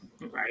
Right